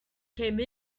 came